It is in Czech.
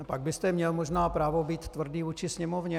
Pak byste měl možná právo být tvrdý vůči Sněmovně.